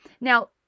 Now